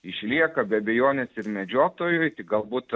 išlieka be abejonės ir medžiotojui tik galbūt